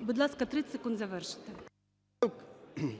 Будь ласка, 30 секунд завершити. ПАПІЄВ М.М. …